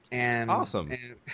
Awesome